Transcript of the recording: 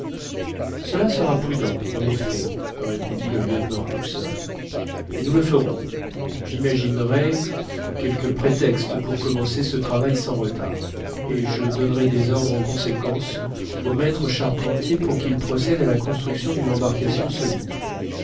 cela sera prudent en effet répondit le lieutenant hobson et nous le ferons j'imaginerai quelque prétexte pour commencer ce travail sans retard et je donnerai des ordres en conséquence au maître charpentier pour qu'il procède à la construction d'une embarcation solide